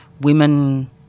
women